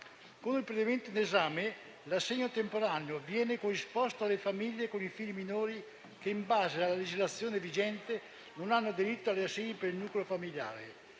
Con il provvedimento in esame, l'assegno temporaneo viene corrisposto alle famiglie con figli minori che, in base alla legislazione vigente, non hanno diritto agli assegni per il nucleo familiare.